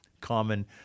common